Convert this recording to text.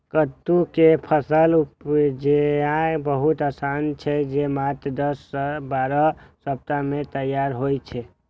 कट्टू के फसल उपजेनाय बहुत आसान छै, जे मात्र दस सं बारह सप्ताह मे तैयार होइ छै